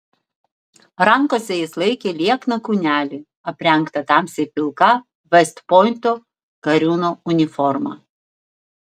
rankose jis laikė liekną kūnelį aprengtą tamsiai pilka vest pointo kariūno uniforma